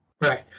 Right